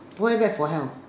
why bad for health